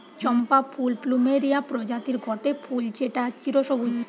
চম্পা ফুল প্লুমেরিয়া প্রজাতির গটে ফুল যেটা চিরসবুজ